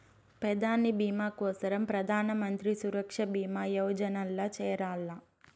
పెదాని బీమా కోసరం ప్రధానమంత్రి సురక్ష బీమా యోజనల్ల చేరాల్ల